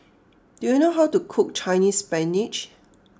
do you know how to cook Chinese Spinach